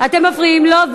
אתם מפריעים לו.